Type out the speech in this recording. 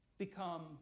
become